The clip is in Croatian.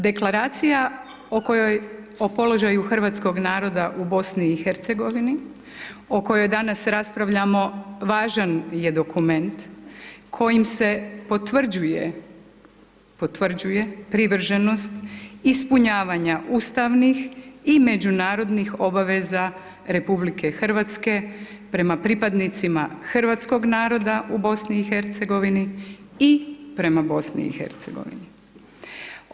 Deklaracija o kojoj o položaju hrvatskog naroda u BiH o kojoj danas raspravljamo važan je dokument kojim se potvrđuje privrženost ispunjavanja ustavnih i međunarodnih obaveza RH prema pripadnicima hrvatskog naroda u BiH-u i prema BiH-u.